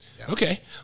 Okay